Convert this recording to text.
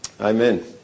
Amen